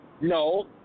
no